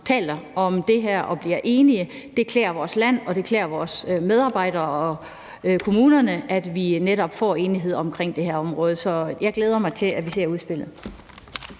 taler om det her og bliver enige. Det klæder vores land, og vil klæde vores medarbejdere og kommunerne, at vi netop opnår enighed om det her område. Så jeg glæder mig til, at vi ser udspillet.